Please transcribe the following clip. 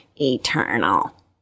eternal